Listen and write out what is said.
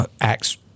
acts